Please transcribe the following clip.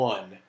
One